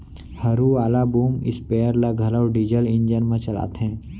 हरू वाला boom sprayer ल घलौ डीजल इंजन म चलाथें